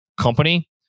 company